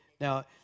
Now